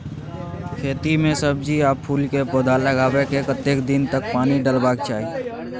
खेत मे सब्जी आ फूल के पौधा लगाबै के कतेक दिन तक पानी डालबाक चाही?